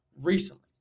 recently